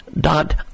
dot